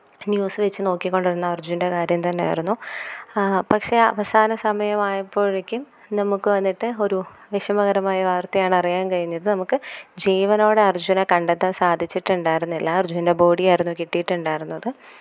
news വെച്ച് നോക്കിക്കൊണ്ടിരുന്നത് അര്ജുന്റെ കാര്യം തന്നെയായിരുന്നു പക്ഷെ അവസാന സമയമായപ്പോഴേക്കും നമുക്ക് വന്നിട്ട് ഒരു വിഷമകരമായ വാര്ത്തയാണ് അറിയാന് കഴിഞ്ഞത് നമുക്ക് ജീവനോടെ അര്ജുനെ കണ്ടെത്താന് സാധിച്ചിട്ടുണ്ടായിരുന്നില്ല അര്ജുന്റെ ബോഡിയായിരുന്നു കിട്ടിയിട്ടുണ്ടായിരുന്നത്